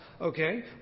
Okay